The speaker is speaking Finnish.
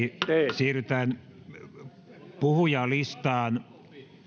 siirrytään puhujalistaan